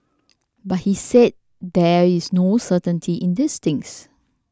but he said there is no certainty in these things